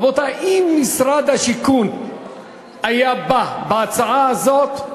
רבותי, אם משרד השיכון היה בא בהצעה הזאת,